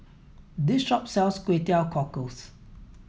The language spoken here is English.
this shop sells Kway Teow Cockles